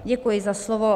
Děkuji za slovo.